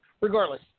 Regardless